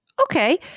Okay